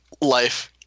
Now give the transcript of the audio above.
life